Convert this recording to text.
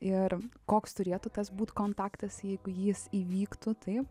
ir koks turėtų tas būt kontaktas jeigu jis įvyktų taip